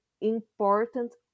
important